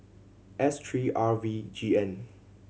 S three R V G N